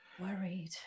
Worried